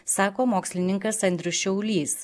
sako mokslininkas andrius šiaulys